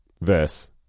verse